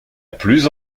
plus